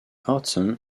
autumn